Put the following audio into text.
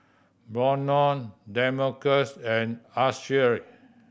Brannon Demarcus and Ashli